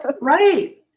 Right